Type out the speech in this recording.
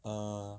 err